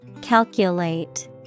Calculate